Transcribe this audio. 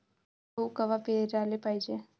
गहू कवा पेराले पायजे?